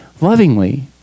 lovingly